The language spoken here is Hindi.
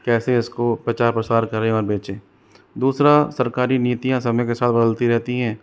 कैसे इसको प्रचार प्रसार करें और बेचें दूसरा सरकारी नीतियाँ समय के साथ बदलती रहती हैं